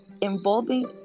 involving